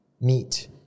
meet